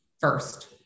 first